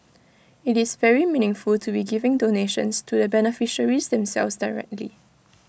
IT is very meaningful to be giving donations to the beneficiaries themselves directly